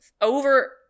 over